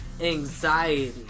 anxiety